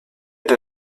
der